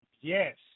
Yes